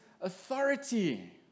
authority